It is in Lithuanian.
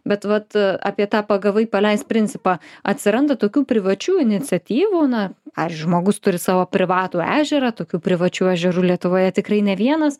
bet vat apie tą pagavai paleisk principą atsiranda tokių privačių iniciatyvų na ar žmogus turi savo privatų ežerą tokių privačių ežerų lietuvoje tikrai ne vienas